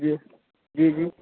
جی جی جی